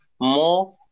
more